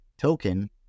Token